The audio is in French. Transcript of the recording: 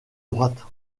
droite